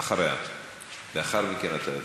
לאחר מכן, אתה,